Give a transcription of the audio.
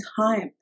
time